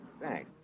Thanks